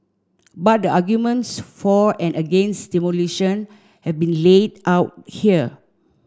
but the arguments for and against demolition have been laid out here